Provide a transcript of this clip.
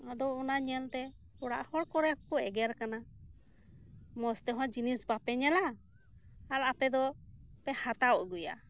ᱟᱫᱚ ᱚᱱᱟ ᱧᱮᱞ ᱛᱮ ᱚᱲᱟᱜ ᱦᱚᱲ ᱠᱚᱨᱮ ᱠᱚ ᱮᱜᱮᱨ ᱠᱟᱱᱟ ᱢᱚᱸᱡᱽ ᱛᱮᱦᱚᱸ ᱡᱤᱱᱤᱥ ᱵᱟᱝᱯᱮ ᱧᱮᱞᱟ ᱟᱨ ᱟᱯᱮ ᱫᱚᱯᱮ ᱦᱟᱛᱟᱣ ᱟᱜᱩᱭᱟ